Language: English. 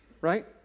right